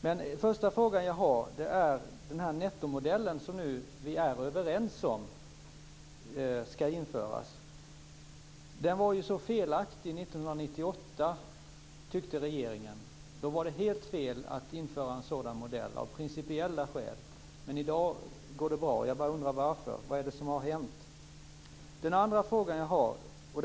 Den första frågan jag har gäller den nettomodell som vi nu är överens om ska införas. Den var ju så felaktig 1998, tyckte regeringen. Då var det helt fel att införa en sådan modell av principiella skäl. Men i dag går det bra. Jag bara undrar varför. Vad är det som har hänt? Sedan har jag en andra fråga.